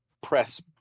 press